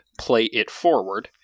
PLAYITFORWARD